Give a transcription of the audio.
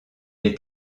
est